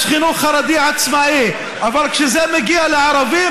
יש חינוך חרדי עצמאי, אבל כשזה מגיע לערבים,